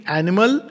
animal